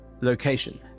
location